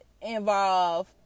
involve